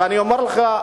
ואני אומר לך,